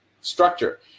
structure